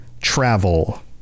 travel